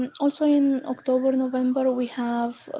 and also in october november we have.